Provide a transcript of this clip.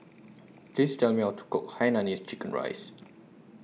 Please Tell Me How to Cook Hainanese Chicken Rice